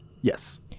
Yes